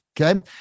okay